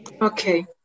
Okay